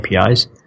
APIs